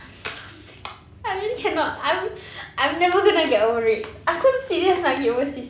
ugh so sad I really cannot I'm I'm never gonna get over it aku serious nak pergi overseas